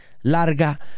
larga